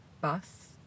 bus